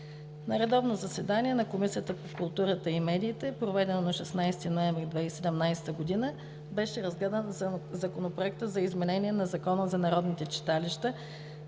На редовно заседание на Комисията по културата и медиите, проведено на 16 ноември 2017 г., беше разгледан Законопроектът за изменение на Закона за обществените